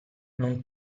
non